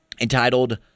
entitled